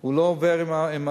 הוא לא עובר עם הסיעוד.